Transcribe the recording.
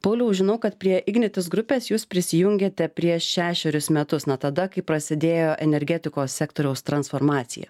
pauliau žinau kad prie ignitis grupės jūs prisijungėte prieš šešerius metus na tada kai prasidėjo energetikos sektoriaus transformacija